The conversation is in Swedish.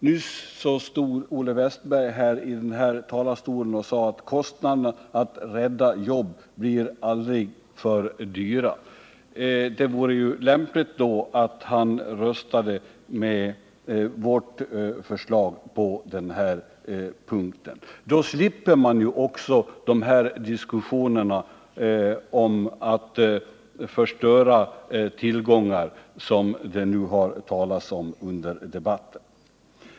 Nyss stod Olle Wästberg i talarstolen här och sade att kostnaderna för att rädda jobb aldrig kan bli för höga. Det vore då lämpligt att han röstade med vårt förslag på den här punkten. Då skulle man ju också slippa diskussionerna om att förstöra tillgångar, som det har talats om under debatten.